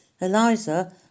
Eliza